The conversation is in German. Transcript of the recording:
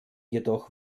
jedoch